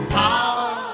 power